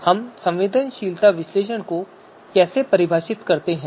हम संवेदनशीलता विश्लेषण को कैसे परिभाषित करते हैं